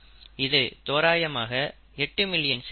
இது தோராயமாக 8 மில்லியன் சேர்க்கைகள்